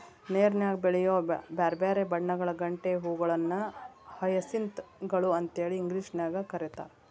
ನೇರನ್ಯಾಗ ಬೆಳಿಯೋ ಬ್ಯಾರ್ಬ್ಯಾರೇ ಬಣ್ಣಗಳ ಗಂಟೆ ಹೂಗಳನ್ನ ಹಯಸಿಂತ್ ಗಳು ಅಂತೇಳಿ ಇಂಗ್ಲೇಷನ್ಯಾಗ್ ಕರೇತಾರ